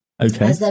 Okay